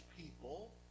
people